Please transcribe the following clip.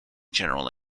general